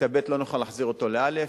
בכיתה ב' לא נוכל להחזיר אותו לכיתה א',